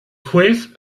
juez